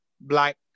black